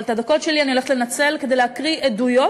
אבל את הדקות שלי אני הולכת לנצל כדי להקריא עדויות